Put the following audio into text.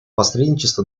посредничество